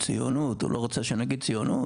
לא רוצים שנגיד ציונות,